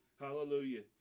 Hallelujah